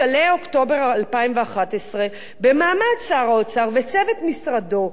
בשלהי אוקטובר 2011, במעמד שר האוצר וצוות משרדו,